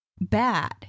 bad